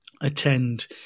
attend